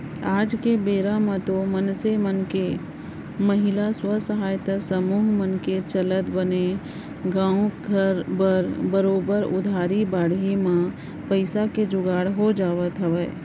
आज के बेरा म तो मनसे मन के महिला स्व सहायता समूह मन के चलत बने गाँवे घर म बरोबर उधारी बाड़ही म पइसा के जुगाड़ हो जावत हवय